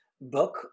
book